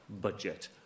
budget